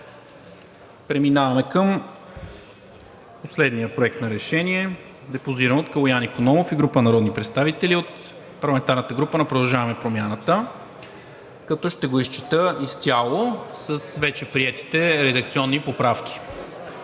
Преминаваме към последния Проект на решение, депозиран от Калоян Икономов и група народни представители от парламентарната група на „Продължаваме Промяната“, като ще го изчета изцяло с вече приетите редакционни поправки: